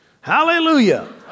Hallelujah